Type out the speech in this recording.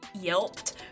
yelped